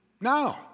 No